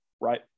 right